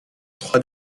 trois